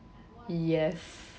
yes